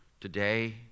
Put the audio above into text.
today